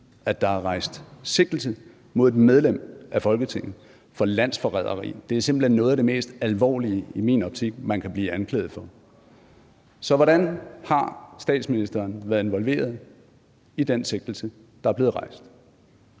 at der er rejst sigtelse mod et medlem af Folketinget for landsforræderi. Det er simpelt hen noget af det mest alvorlige i min optik, man kan blive anklaget for. Så hvordan har statsministeren været involveret i den sigtelse, der er blevet rejst?